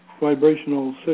vibrational